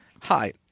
Hi